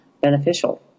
beneficial